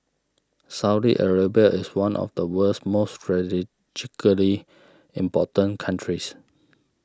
Saudi Arabia is one of the world's most strategically important countries